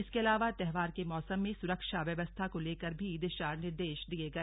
इसके अलावा त्योहार के मौसम में सुरक्षा व्यवस्था को लेकर भी दिशा निर्देश दिये गए